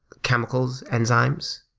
chemicals, enzymes,